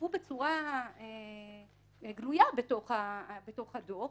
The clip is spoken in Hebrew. שהובאו בצורה גלויה בתוך הדוח,